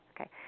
Okay